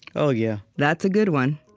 oh, yeah that's a good one.